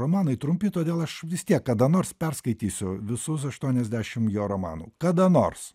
romanai trumpi todėl aš vis tiek kada nors perskaitysiu visus aštuoniasdešimt jo romanų kada nors